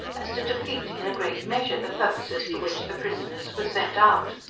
as to defeat in a great measure the purposes for which the prisoners were sent out.